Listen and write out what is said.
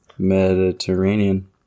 Mediterranean